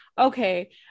okay